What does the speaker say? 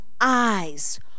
eyes